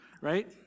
right